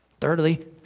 Thirdly